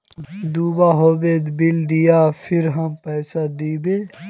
दूबा होबे बिल दियो फिर हम पैसा देबे?